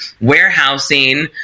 warehousing